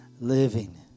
living